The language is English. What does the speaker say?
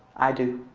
i do.